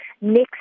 next